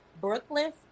Brooklyn